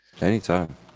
Anytime